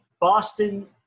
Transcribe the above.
Boston